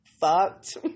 Fucked